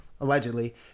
allegedly